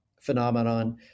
phenomenon